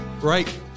Right